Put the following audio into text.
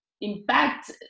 impact